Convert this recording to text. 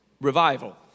revival